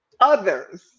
others